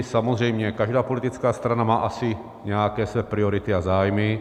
Samozřejmě každá politická strana má asi nějaké své priority a zájmy.